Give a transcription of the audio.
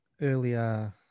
earlier